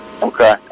Okay